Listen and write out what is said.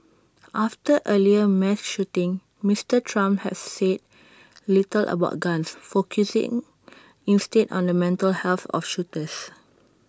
after earlier mass shootings Mister Trump has said little about guns focusing instead on the mental health of shooters